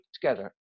together